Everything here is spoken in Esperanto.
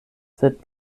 sed